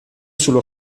sullo